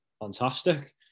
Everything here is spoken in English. Fantastic